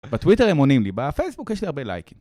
בטוויטר הם עונים לי, בפייסבוק יש לי הרבה לייקים.